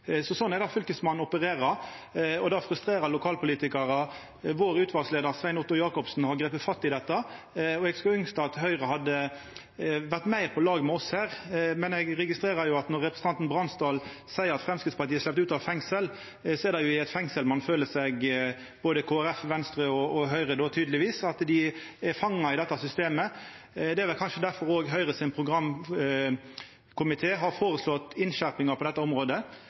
Så slik opererer Fylkesmannen. Det frustrerer kommunepolitikarar. Utvalsleiaren vår, Svein Otto Jakobsen, har gripe fatt i dette. Eg skulle ønskt at Høgre hadde vore meir på lag med oss her. Men eg registrerer at når representanten Bransdal seier at Framstegspartiet har sleppt ut av fengsel, er det jo i eit fengsel dei føler seg, både Kristeleg Folkeparti, Venstre og Høgre. Dei føler seg tydelegvis fanga i dette systemet. Det er kanskje difor òg Høgres programkomité har føreslått innskjerpingar på dette området.